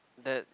that